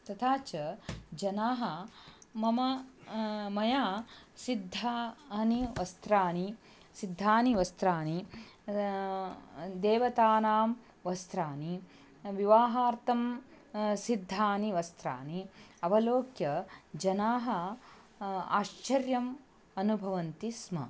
तथा च जनाः मम मया सिद्धानि वस्त्राणि सिद्धानि वस्त्राणि देवतानां वस्त्राणि विवाहार्थं सिद्धानि वस्त्राणि अवलोक्य जनाः आश्चर्यम् अनुभवन्ति स्म